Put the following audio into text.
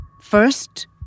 First